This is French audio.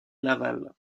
laval